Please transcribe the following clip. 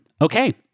Okay